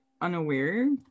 Unaware